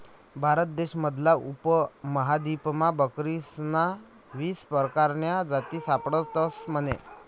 भारत देश मधला उपमहादीपमा बकरीस्न्या वीस परकारन्या जाती सापडतस म्हने